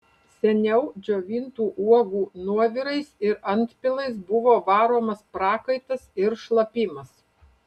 seniau džiovintų uogų nuovirais ir antpilais buvo varomas prakaitas ir šlapimas